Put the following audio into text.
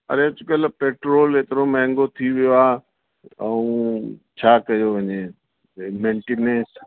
अड़े अॼुकल्ह पेट्रोल एतिरो महांगो थी वियो आहे ऐं छा कयो वञे मेंटेनेंस